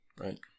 Right